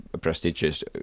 prestigious